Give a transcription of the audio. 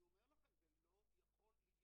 מיצוי זכויות,